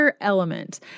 Element